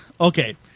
Okay